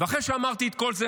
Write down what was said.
אחרי שאמרתי את כל זה,